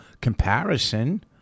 comparison